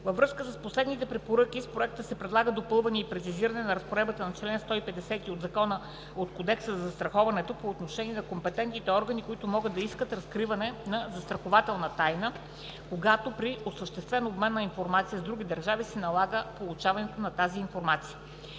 Във връзка с последните препоръки, с проекта се предлага допълване и прецизиране на разпоредбата на чл. 150 от Кодекса за застраховане по отношение на компетентните органи, които могат да искат разкриване на застрахователна тайна, когато при осъществяван обмен на информация с други държави се налага получаването на такава информация.